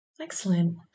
Excellent